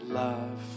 love